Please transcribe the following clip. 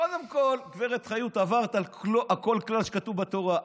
קודם כול, גב' חיות, עברת על כל כלל שכתוב בתורה.